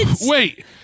Wait